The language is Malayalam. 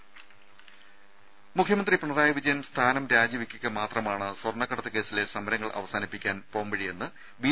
രുമ മുഖ്യമന്ത്രി പിണറായി വിജയൻ സ്ഥാനം രാജിവെക്കുക മാത്രമാണ് സ്വർണക്കടത്തുകേസിലെ സമരങ്ങൾ അവസാനിപ്പിക്കാൻ പോംവഴിയെന്ന് ബി